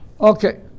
Okay